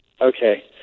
Okay